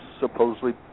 supposedly